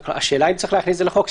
השאלה אם צריך להכניס את זה לחוק.